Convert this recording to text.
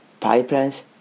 pipelines